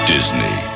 Disney